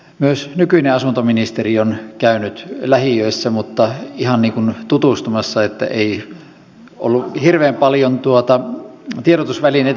myös nykyinen asuntoministeri on käynyt lähiöissä mutta ihan niin kuin tutustumassa ei ollut hirveän paljon tiedotusvälineitä mukana